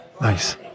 nice